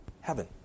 heaven